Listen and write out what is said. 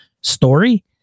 story